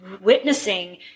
witnessing